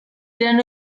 eran